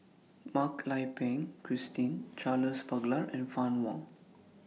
Mak Lai Peng Christine Charles Paglar and Fann Wong